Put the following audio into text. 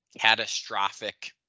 catastrophic